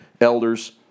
elders